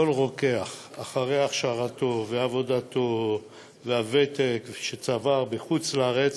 כל רוקח אחרי הכשרתו ועבודתו והוותק שצבר בחוץ-לארץ